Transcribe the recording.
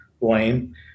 blame